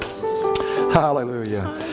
Hallelujah